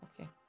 okay